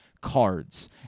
cards